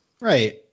Right